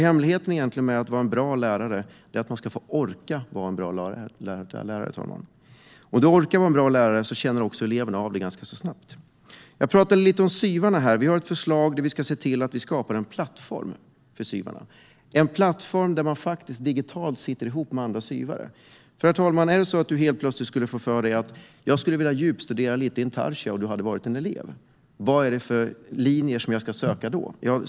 Hemligheten med att vara en bra lärare är att man ska få orka vara det. Om man orkar vara en bra lärare känner också eleverna av det ganska snabbt. Jag har tidigare nämnt SYV:arna. Vi har förslag om att skapa en plattform för SYV:ar. Det ska vara en plattform där man digitalt är knuten till andra SYV:ar. En elev kan helt plötsligt få för sig att man vill djupstudera intarsia och vill veta vad man då ska söka för linje.